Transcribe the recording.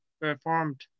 performed